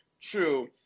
true